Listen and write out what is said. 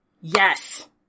Yes